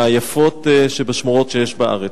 מהיפות שבשמורות שיש בארץ.